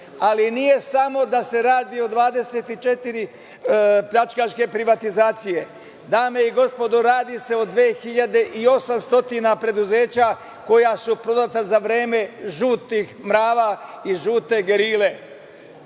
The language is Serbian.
Nije samo da se radi o 24 pljačkaške privatizacije, dame i gospodo, radi se o 2.800 preduzeća koja su prodata za vreme žutih mrava i žute